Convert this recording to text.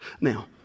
Now